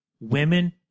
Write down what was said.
women